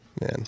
man